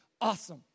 awesome